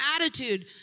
attitude